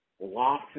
lost